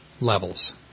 levels